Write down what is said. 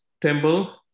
temple